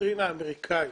דוקטרינה אמריקאית